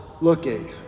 looking